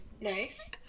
Nice